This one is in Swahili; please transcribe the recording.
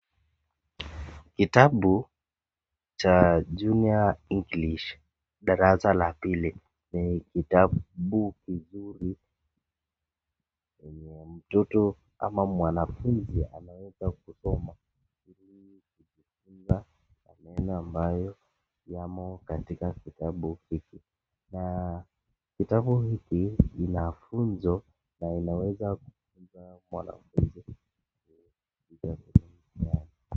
Kitabu cha Junior English, darasa la pili ni kitabu kizuri chenye mtoto ama mwanafunzi anaweza kusoma ili kujifunza maneno ambayo yamo katika kitabu hiki. Na kitabu hiki kinafunzo na inaweza kufunza mwanafunzi